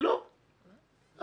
שר העבודה,